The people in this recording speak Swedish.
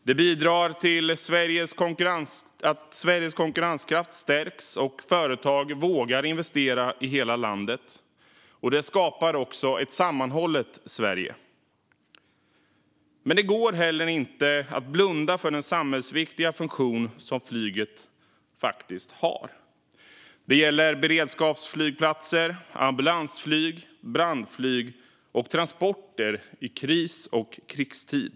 Det bidrar till att Sveriges konkurrenskraft stärks och till att företag vågar investera i hela landet, och det skapar ett sammanhållet Sverige. Det går heller inte att blunda för den samhällsviktiga funktion som flyget faktiskt har. Det gäller beredskapsflygplatser, ambulansflyg, brandflyg och transporter i kris och krigstid.